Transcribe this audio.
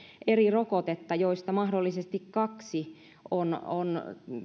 eri rokotetta joista mahdollisesti kaksi on on